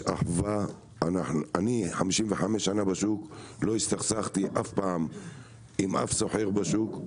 יש אחווה; אני בשוק 55 שנה אף פעם לא הסתכסכתי עם אף סוחר בשוק,